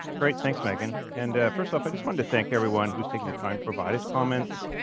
great, thanks megan, and first off, i just wanted to thank everyone who's taken the time to provide us comments,